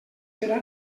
serà